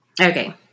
Okay